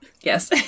yes